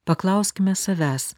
paklauskime savęs